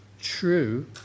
true